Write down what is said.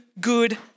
good